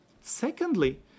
Secondly